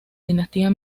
dinastía